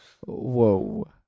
Whoa